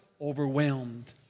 overwhelmed